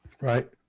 Right